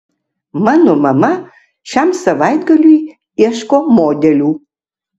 mano mama šiam savaitgaliui ieško modelių